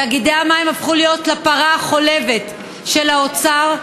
תאגידי המים הפכו להיות הפרה החולבת של האוצר,